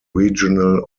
regional